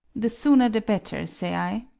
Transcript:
the sooner the better, say i.